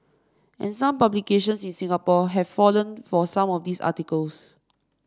and some publications in Singapore have fallen for some of these articles